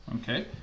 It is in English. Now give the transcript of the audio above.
okay